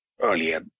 earlier